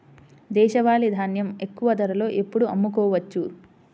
దేశవాలి ధాన్యం ఎక్కువ ధరలో ఎప్పుడు అమ్ముకోవచ్చు?